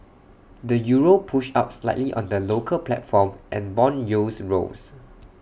the euro pushed up slightly on the local platform and Bond yields rose